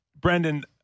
brendan